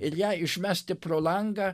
ir ją išmesti pro langą